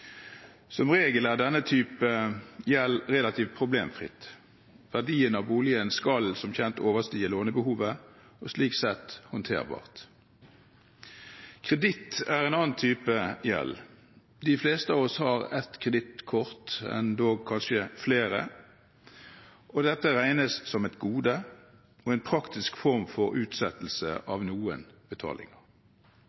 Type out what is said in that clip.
Som regel er denne type gjeld relativt problemfri. Verdien av boligen skal som kjent overstige lånebehovet, og slik sett skal lånet være håndterbart. Kreditt er en annen type gjeld. De fleste av oss har et kredittkort, endog kanskje flere. Dette regnes som et gode og en praktisk form for utsettelse